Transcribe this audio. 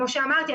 כמו שאמרתי,